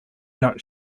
not